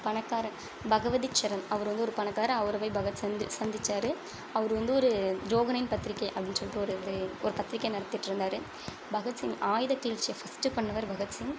பணக்கார பகவதிச்சரண் அவர் வந்து ஒரு பணக்காரரு அவரைப் போய் பகத் சந்திச் சந்திச்சார் அவர் வந்து ஒரு ஜோகனைன் பத்திரிக்கை அப்படின்னு சொல்லிட்டு ஒரு வே ஒரு பத்திரிக்கை நடத்திகிட்ருந்தாரு பகத்சிங் ஆயுதக் கிளர்ச்சியை ஃபஸ்ட்டு பண்ணவர் பகத்சிங்